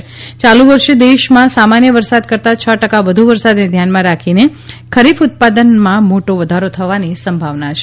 યાલુ વર્ષે દેશમાં સામાન્ય વરસાદ કરતાં છ ટકા વધુ વરસાદને ધ્યાનમાં રાખીને ખરીફ ઉત્પાદનમાં મોટો વધારો થવાની સંભાવના છે